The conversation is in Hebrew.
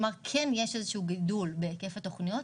יש גידול בהיקף התוכניות,